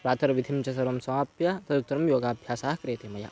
प्रातर्विधिं च सर्वं स्वमाप्य तदुत्तरं योगाभ्यासः क्रियते मया